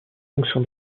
fonction